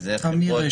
זה חברות